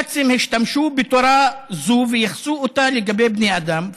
הנאצים השתמשו בתורה זו וייחסו אותה לבני אדם,